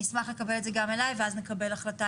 אני אשמח לקבל את זה גם אליי ואז נקבל החלטה